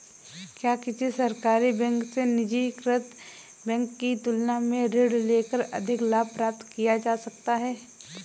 क्या किसी सरकारी बैंक से निजीकृत बैंक की तुलना में ऋण लेकर अधिक लाभ प्राप्त किया जा सकता है?